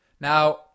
Now